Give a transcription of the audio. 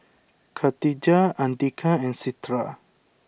Katijah Andika and Citra